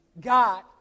God